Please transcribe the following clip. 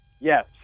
Yes